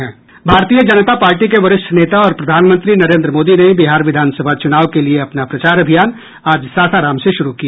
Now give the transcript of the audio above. भारतीय जनता पार्टी के वरिष्ठ नेता और प्रधानमंत्री नरेंद्र मोदी ने बिहार विधानसभा चुनाव के लिए अपना प्रचार अभियान आज सासाराम से शुरू किया